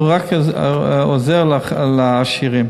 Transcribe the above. הוא עוזר רק לעשירים.